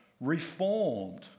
reformed